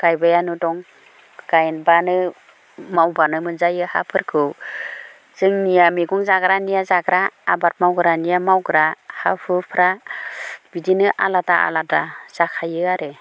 गायबायानो दं गायब्लानो मावब्लानो मोनजायो हाफोरखौ जोंनिया मैगं जग्रानिया जाग्रा आबाद मावग्रानिया मावग्रा हा हुफ्रा बिदिनो आलादा आलादा जाखायो आरो